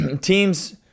Teams